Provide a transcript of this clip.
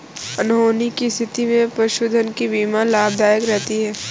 अनहोनी की स्थिति में पशुधन की बीमा लाभदायक रहती है